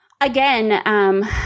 again